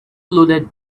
loaded